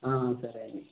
సరే అండి